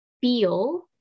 feel